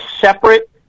separate